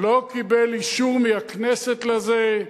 הוא לא קיבל אישור מהכנסת לזה,